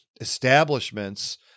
establishments